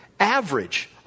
average